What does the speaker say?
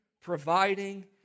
providing